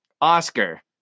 Oscar